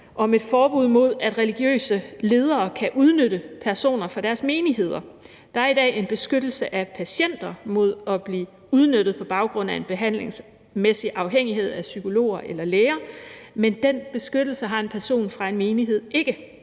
om et forbud mod, at religiøse ledere kan udnytte personer fra deres menighed. Der er i dag en beskyttelse af patienter mod at blive udnyttet på baggrund af en behandlingsmæssig afhængighed af psykologer eller læger, men den beskyttelse har en person fra en menighed ikke,